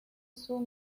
soo